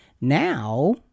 Now